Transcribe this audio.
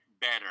better